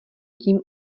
tím